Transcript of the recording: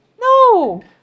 No